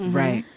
right.